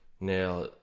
Now